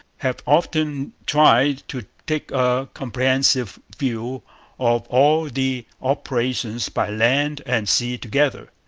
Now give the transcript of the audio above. have often tried to take a comprehensive view of all the operations by land and sea together.